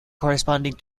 corresponding